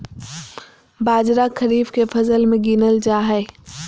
बाजरा खरीफ के फसल मे गीनल जा हइ